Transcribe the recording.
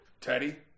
Teddy